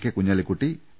K Kunhalikutty P